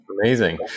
Amazing